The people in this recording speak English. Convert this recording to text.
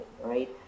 right